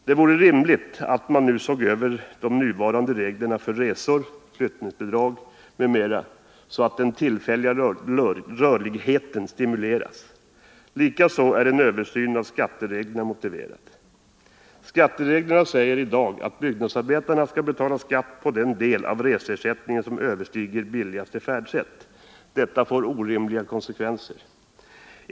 Det vore rimligt att nu se över de nuvarande reglerna för resor, flyttningsbidrag m.m. så att den tillfälliga rörligheten stimuleras. Likaså är en översyn av skattereglerna motiverad. Skattereglerna säger i dag att byggnadsarbetarna skall betala skatt på den del av reseersättningen som överstiger billigaste färdsättet. Detta får orimliga konsekvenser.